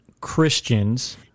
Christians